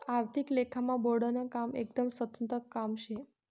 आर्थिक लेखामा बोर्डनं काम एकदम स्वतंत्र काम शे